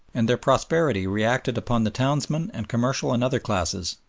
and their prosperity reacted upon the townsmen and commercial and other classes,